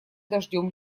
дождем